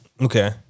Okay